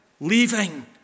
leaving